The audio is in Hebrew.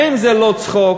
האם זה לא צחוק?